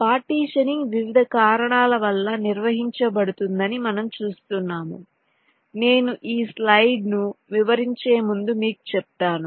partitioning వివిధ కారణాల వల్ల నిర్వహించబడుతుందని మనం చూస్తున్నాము నేను ఈ స్లయిడ్ను వివరించే ముందు మీకు చెప్తాను